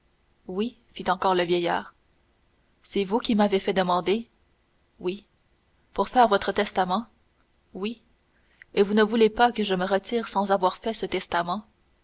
oui fit encore le vieillard c'est vous qui m'avez fait demander oui pour faire votre testament oui et vous ne voulez pas que je me retire sans avoir fait ce testament